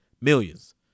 millions